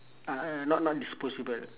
uh not not disposable